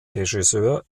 regisseur